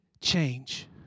Change